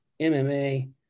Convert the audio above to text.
MMA